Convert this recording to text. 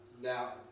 Now